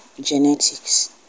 genetics